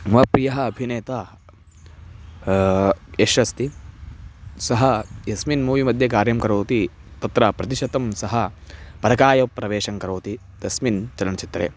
मम प्रियः अभिनेता यश् अस्ति सः यस्मिन् मूविमध्ये कार्यं करोति तत्र प्रतिशतं सः परकायप्रवेशं करोति तस्मिन् चलनचित्रे